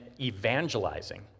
evangelizing